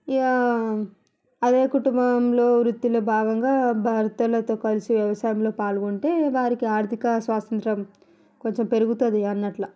ఇంకా అవే కుటుంబంలో వృత్తులు భాగంగా భర్తలతో కలిసి వ్యవసాయంలో పాల్గొంటే వారికి ఆర్థిక స్వాతంత్రం కొంచెం పెరుగుతుంది అన్నట్లు